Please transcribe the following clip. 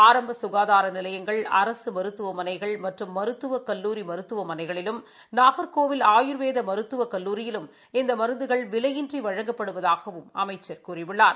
ஆரம்ப கசகாதார நிலையங்கள் அரசு மருத்துவமனைகள் மற்றும் மருத்துவக் கல்லூரி மருத்துவ மனைகளிலும் நாக்கோவில் ஆயூர்வேத மருத்துவக் கல்லூரியிலும் இந்த மருந்துகள் விலையின்றி வழங்கப்படுவதாகவும் அமைச்சர் கூறியுள்ளார்